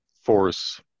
force